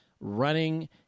running